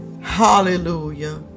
Hallelujah